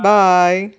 bye